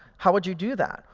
how would you do that?